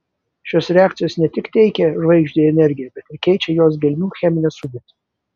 šios reakcijos ne tik teikia žvaigždei energiją bet ir keičia jos gelmių cheminę sudėtį